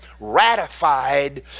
ratified